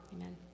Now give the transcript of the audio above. amen